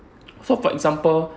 so for example